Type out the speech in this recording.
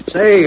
Say